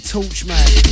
Torchman